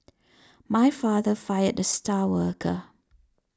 my father fired the star worker